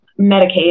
Medicaid